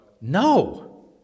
No